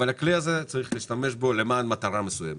אבל בכלי הזה צריך להשתמש למען מטרה מסוימת.